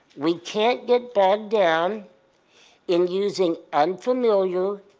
we can't get bogged down in using unfamiliar,